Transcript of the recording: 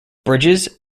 bridges